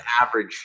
average